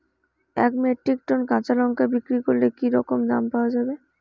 এক metric ton কাঁচা লঙ্কা বিক্রি করলে কি রকম দাম পাওয়া যাবে?